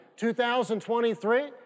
2023